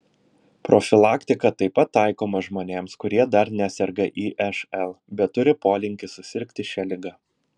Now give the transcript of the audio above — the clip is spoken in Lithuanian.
profilaktika taip pat taikoma žmonėms kurie dar neserga išl bet turi polinkį susirgti šia liga